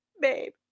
babe